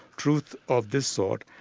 truth of this sort,